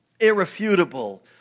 irrefutable